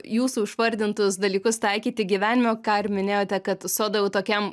jūsų išvardintus dalykus taikyti gyvenime ką ir minėjote kad soda jau tokiam